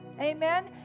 amen